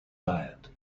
diet